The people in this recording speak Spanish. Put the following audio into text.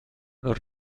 los